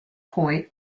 point